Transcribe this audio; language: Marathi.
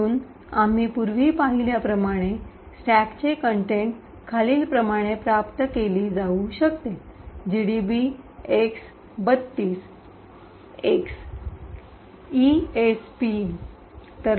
म्हणून आम्ही पूर्वी पाहिल्याप्रमाणे स्टॅकचे कंटेंट खालीलप्रमाणे प्राप्त केली जाऊ शकते GDB x ३२ x ESP gdb x 32x esp